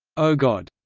o god!